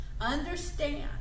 understand